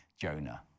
Jonah